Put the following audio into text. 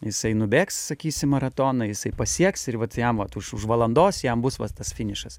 jisai nubėgs sakysim maratoną jisai pasieks ir vat jam vat už už valandos jam bus va tas finišas